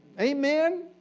Amen